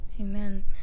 Amen